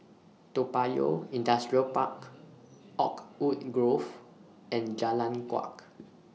Toa Payoh Industrial Park Oakwood Grove and Jalan Kuak